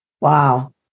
Wow